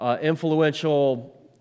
influential